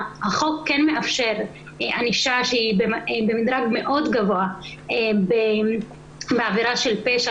החוק כן מאפשר ענישה שהיא ב --- מאוד גבוה בעבירה של פשע